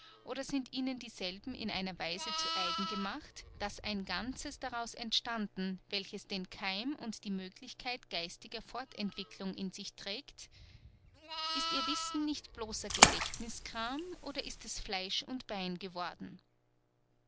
oder sind ihnen dieselben in einer weise zu eigen gemacht daß ein ganzes daraus entstanden welches den keim und die möglichkeit geistiger fortentwickelung in sich trägt ist ihr wissen nicht bloßer gedächtnißkram oder ist es fleisch und bein geworden